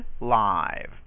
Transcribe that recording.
live